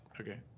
Okay